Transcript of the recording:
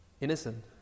innocent